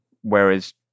Whereas